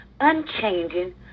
Unchanging